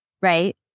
right